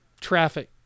traffic